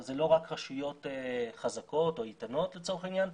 זה לא רק רשויות חזקות או איתנות לצורך העניין,